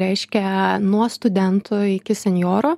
reiškia nuo studentų iki senjoro